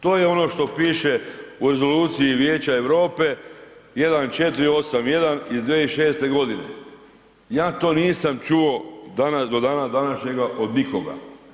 To je ono što piše u Rezoluciji Vijeća Europe 1481/2006 godine, ja to nisam čuo do dana današnjega od nikoga.